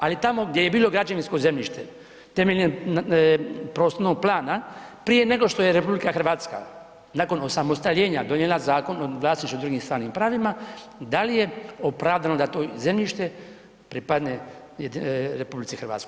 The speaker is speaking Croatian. Ali tamo gdje je bilo građevinsko zemljište, temeljem prostornog plana, prije nego što je RH nakon osamostaljenja donijela Zakon o vlasništvu i drugim stvarnim pravima, da li je opravdano da to zemljište pripadne RH?